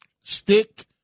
stick